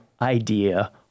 Idea